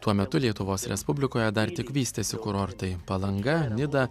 tuo metu lietuvos respublikoje dar tik vystėsi kurortai palanga nida